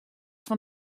fan